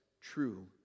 true